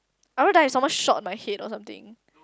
I want die someone shot by head or something